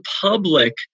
public